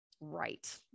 right